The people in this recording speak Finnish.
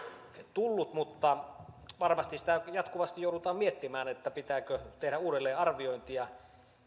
tullut mutta varmasti sitä jatkuvasti joudutaan miettimään pitääkö tehdä uudelleenarviointia